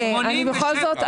בכל זאת,